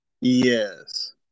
Yes